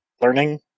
learning